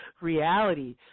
reality